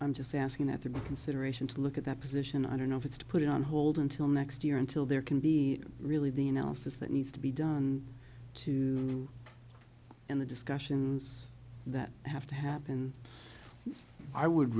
i'm just asking that the consideration to look at that position i don't know if it's to put it on hold until next year until there can be really the analysis that needs to be done to you in the discussions that have to happen i would